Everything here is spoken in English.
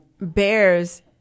bears